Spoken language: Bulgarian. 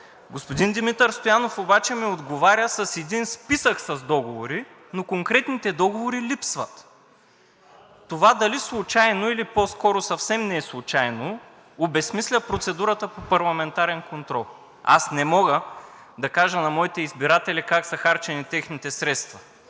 Господин Димитър Стоянов обаче ми отговаря с един списък с договори, но конкретните договори липсват. Това дали случайно или по-скоро съвсем неслучайно, обезсмисля процедурата по парламентарен контрол. Аз не мога да кажа на моите избиратели как са харчени техните средства